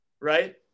right